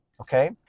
Okay